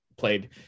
played